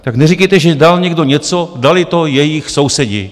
Tak neříkejte, že dal někdo něco, dali to jejich sousedi.